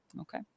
Okay